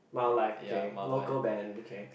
my life okay local band okay